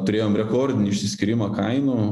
turėjom rekordinį išsiskyrimą kainų